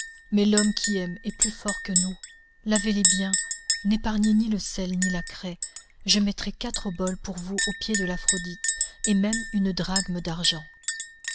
mais l'homme qui aime est plus fort que nous lavez les bien n'épargnez ni le sel ni la craie je mettrai quatre oboles pour vous aux pieds de l'aphroditê et même une drachme d'argent